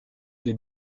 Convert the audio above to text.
des